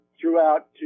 throughout